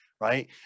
Right